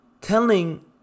Telling